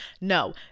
No